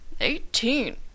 Eighteen